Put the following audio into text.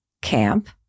camp